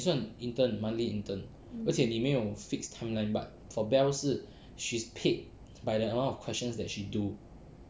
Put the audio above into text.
你算 intern monthly intern 而且你没有 fixed timeline but for bell she paid by the amount of questions that she do